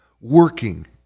working